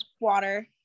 Water